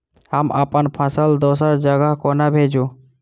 हम अप्पन फसल दोसर जगह कोना भेजू?